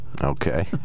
Okay